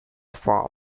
form